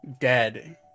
dead